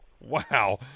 Wow